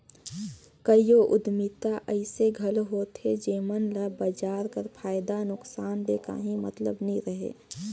कइयो उद्यमिता अइसे घलो होथे जेमन ल बजार कर फयदा नोसकान ले काहीं मतलब नी रहें